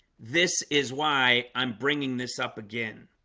this is why i'm bringing this up again